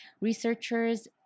researchers